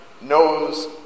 knows